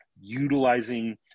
utilizing